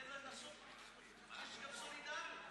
תן להם, יש גם סולידריות,